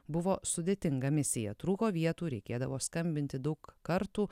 buvo sudėtinga misija trūko vietų reikėdavo skambinti daug kartų